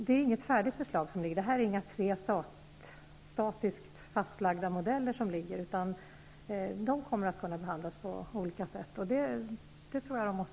Det är alltså inte tre fastlagda modeller, utan de kommer att kunna behandlas på olika sätt.